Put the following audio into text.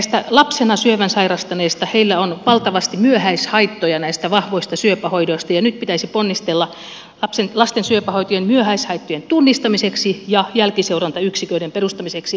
näillä lapsena syövän sairastaneilla on valtavasti myöhäishaittoja näistä vahvoista syöpähoidoista ja nyt pitäisi ponnistella lasten syöpähoitojen myöhäishaittojen tunnistamiseksi ja jälkiseurantayksiköiden perustamiseksi julkiseen terveydenhoitoon